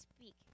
speak